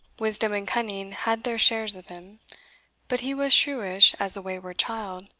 wisdom and cunning had their shares of him but he was shrewish as a wayward child,